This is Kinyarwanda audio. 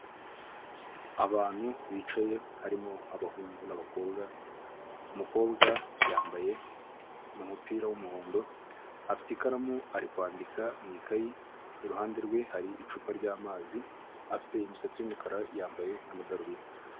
Abantu bicaye harimo abahungu n'abakobwa, umukobwa yambaye umupira w'umuhondo afite ikaramu ari kwandika mu ikayi, iruhande rwe hari icupa ry'amazi afite imisatsi y'umukara yambaye'amadarubindi.